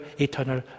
eternal